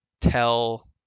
tell